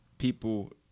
people